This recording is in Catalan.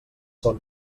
són